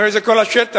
הרי זה כל השטח